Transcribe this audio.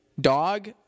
dog